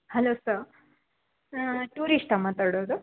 hello sir ಟೂರಿಸ್ಟಾ ಮಾತಾಡೋದು